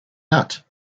nut